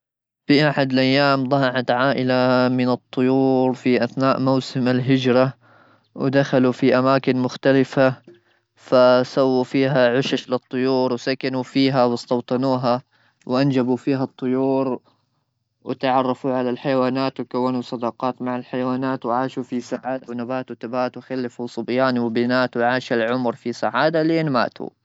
في احد الايام ضاعت عائله من الطيور في اثناء موسم الهجره ودخلوا في اماكن مختلفه ,فسوا فيها عشش للطيور وسكنوا فيها واستوطنها وانجبوا فيها الطيور وتعرفوا على الحيوانات وكونوا صداقات مع الحيوانات ,وعاشوا في سعاده ونبات وتبات وخلفوا صبيان وبنات وعاش العمر في سعاده لين ماتو.